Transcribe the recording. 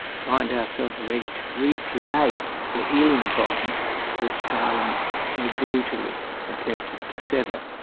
find ourselves ready to recreate the healing bonds that stalin so brutally attempted to sever.